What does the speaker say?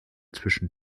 zwischen